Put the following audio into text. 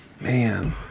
Man